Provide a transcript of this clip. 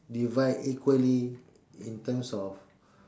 divide equally in terms of